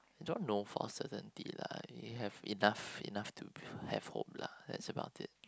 John no forces on it lah he have enough enough to have hope lah that's about it